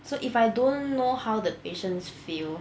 so if I don't know how the patients feel